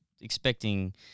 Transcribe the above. expecting